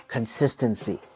Consistency